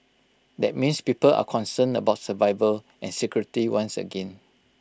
that means people are concerned about survival and security once again